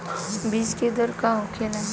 बीज के दर का होखेला?